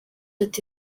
ati